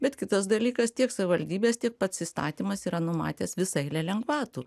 bet kitas dalykas tiek savivaldybės tiek pats įstatymas yra numatęs visą eilę lengvatų